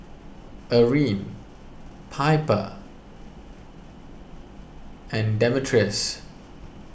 Eryn Piper and Demetrius